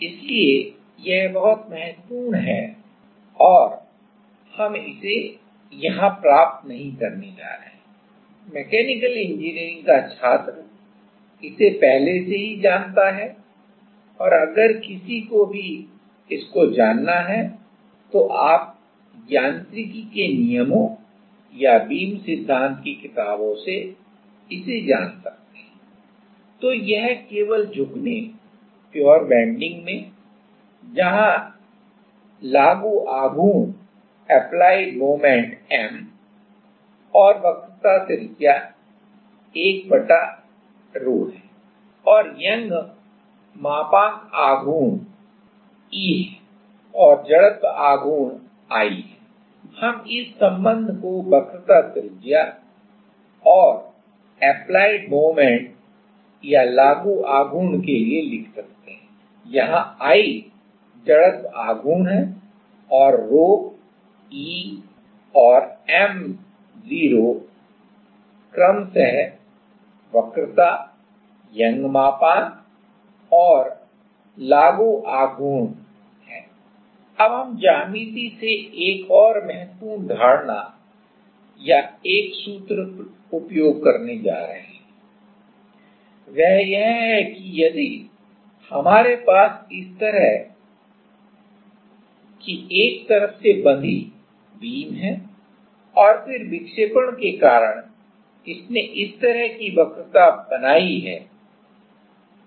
इसलिए यह बहुत महत्वपूर्ण है और हम इसे प्राप्त नहीं करने जा रहे हैं मैकेनिकल इंजीनियरिंग का छात्र इसे पहले से ही जानता है और अगर किसी को भी इसको जानना है आप यांत्रिकी के नियमों या बीम सिद्धांत की किताबों से इसे जान सकते हैं तो एक केवल झुकने में जहां लागू आघूर्ण M और वक्रता त्रिज्या 1ρ है और यंग मापांक आघूर्ण E है और जड्त्व आघूर्ण I है हम इस संबंध को वक्रता त्रिज्या और लागू आघूर्ण के लिए लिख सकते हैं यहाँ I जड़त्व का आघूर्ण है और ρ E और M0 क्रमश वक्रता यंग मापांक और लागू आघूर्ण moment अब हम ज्यामिति से एक और महत्वपूर्ण धारणा या एक सूत्र उपयोग करने जा रहे हैं वह यह है कि यदि हमारे पास इस तरह की एक तरफ से बधी Fixed बीम है और फिर विक्षेपण के कारण इसने इस तरह की वक्रता बनाई है